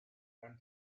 and